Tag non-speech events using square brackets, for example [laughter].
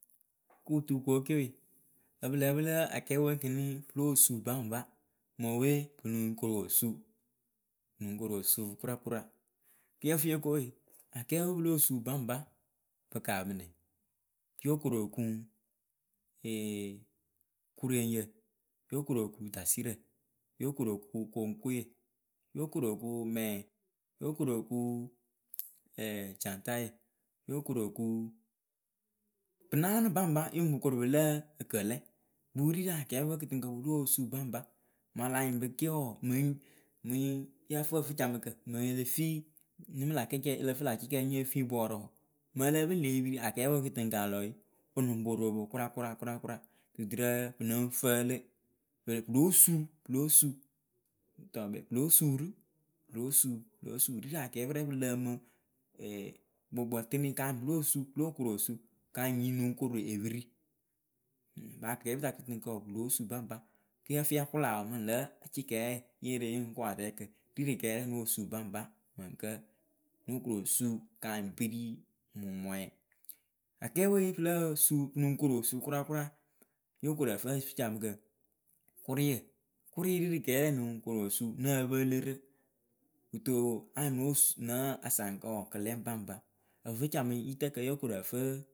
kutukoke we ya pɨlǝ pɨlǝ akpɨwe kiniŋ pɨ loóo suu baŋba mopɨwe pɨ lɨŋ korosuu pɨ lɨŋ korosuu kʊrakʊra kɨ yǝfɨyokowe akpe pɨ lóo suu baŋba. pɨ kaamɨ nɛ: yoo korokuŋ [hesitation] eee kuroŋyǝ yoo korokuŋ dasɩrǝ, yoo korokuŋ koŋkoe yoo korokuŋ m yoo korokuŋ you [hesitation] jaŋtayǝ yoo korokuŋ pɨ naanɨ baŋba yɩŋ mɨ korupɨ lǝ ǝkǝlɛ wɨ wɨrɨ rɨ akpǝ we kɨtɨŋkǝ pɨ loh suu baŋba malanyɩŋ bɨ ke wɔɔ mɨŋ [hesitation] yǝ fɨ ǝfɨcamɨkǝ mɨŋ elefi nɨ mɨ lä kɩk ǝlǝfɨ lä cɩk nye fi bɔɔrǝ wɔɔ mɨŋ ǝ lǝ pɨ lǝpiri akpɨwe kɨtɨŋkalɔ we, o lɨŋ poropalɔ kʊrakʊra kʊrakʊra duturǝ pɨ lɨŋ fǝǝlɨ pɨ lóo suu pɨ lóo suu [hesitation] pɨ lóo suu pɨ lóo suu rɨ pɨ ri rɨ akpǝ rɛ pɨ lǝǝmɨ [hesitation] gbɔgbɔ tɨnɩ kanyɩ pɨ lóo suu pɨ lóo korosuu kanyɩ nyɩŋ nɨŋ korepiri Baakpɨsa kɨtɨŋkǝ wɔɔ pɨ lóo suu baŋba kɨyǝ fɨ la kʊla wɔɔ mɨ lǝ̌ cɩkye yee re yɨŋ ko atkǝ ri rɨ k nóo suu baŋba mɨŋkǝ nóo korosuu kanyɩ piri mɨŋ mɔɛ. Akpɨwe pɨlǝ suu pɨlɨŋ korosuu kʊrakʊra kʊrakʊra yokorǝfɨ ǝfǝcamɨkǝ kʊrɩyǝ. Kʊrɩ ri rɨ krɛ nɨŋ korosuu nǝ pɨlɨrɨ kɨto anyiŋ nosu nasaŋkǝ wɔɔ kɩlɛŋ baŋba. ǝfɨcamɨ yitǝkǝ yokorǝfɨ.